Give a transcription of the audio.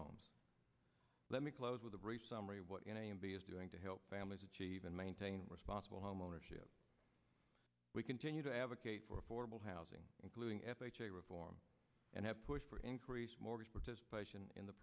homes let me close with a brief summary of what a and b is doing to help families achieve and maintain responsible homeownership we continue to advocate for affordable housing including f h a reform and have pushed for increased mortgage participation in the